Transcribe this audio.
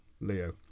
Leo